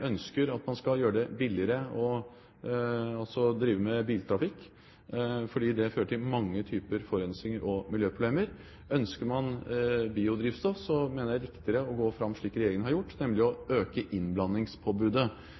ønsker at man skal gjøre det billigere «å drive med» biltrafikk, er at det fører til mange typer forurensning og miljøproblemer. Ønsker man biodrivstoff, mener jeg det er riktigere å gå fram slik regjeringen har gjort, nemlig å øke innblandingspåbudet.